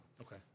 Okay